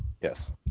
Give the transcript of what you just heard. yes